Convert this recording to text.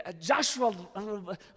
Joshua